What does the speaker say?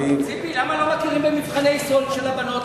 ציפי, למה לא מכירים במבחני יסוד של הבנות?